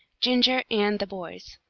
ginger and the boys.